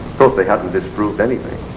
course they hadn't disproved anything.